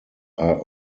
are